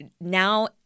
now